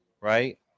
right